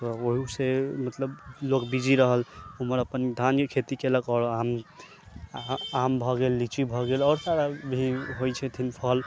ओहो से मतलब लोक बिजी रहल ओमहर अपन धाने के खेती केलक आओर आम भऽ गेल लीची भऽ गेल आओर सारा भी होइ छथिन फल